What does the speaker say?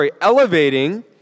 elevating